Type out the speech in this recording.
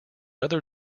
other